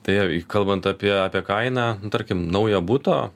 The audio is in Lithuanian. tai kalbant apie apie kainą tarkim naujo buto